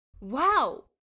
wow